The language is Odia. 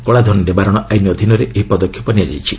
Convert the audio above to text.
କଳାଧନ ନିବାରଣ ଆଇନ ଅଧୀନରେ ଏହି ପଦକ୍ଷେପ ନିଆଯାଇଛି